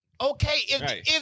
okay